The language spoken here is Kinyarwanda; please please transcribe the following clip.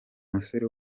musore